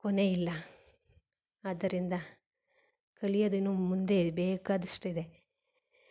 ಕೊನೆ ಇಲ್ಲ ಆದ್ದರಿಂದ ಕಲಿಯೋದಿನ್ನೂ ಮುಂದೆ ಬೇಕಾದಷ್ಟಿದೆ